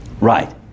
right